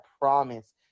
promise